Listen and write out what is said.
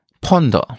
ponder